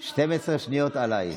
12 שניות עליי.